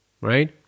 right